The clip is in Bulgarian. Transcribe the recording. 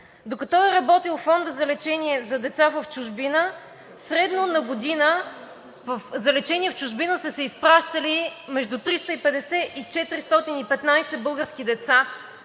Докато е работил Фондът за лечение на деца в чужбина, средно на година за лечение в чужбина са се изпращали между 350 и 415 български деца